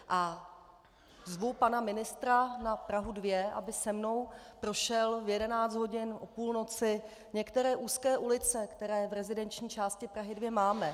A zvu pana ministra na Prahu 2, aby se mnou prošel v 11 hodin, o půlnoci některé úzké ulice, které v rezidentní části Prahy 2 máme.